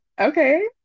okay